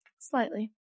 Slightly